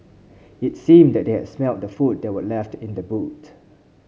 it seemed that they had smelt the food they were left in the boot